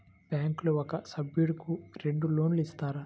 బ్యాంకులో ఒక సభ్యుడకు రెండు లోన్లు ఇస్తారా?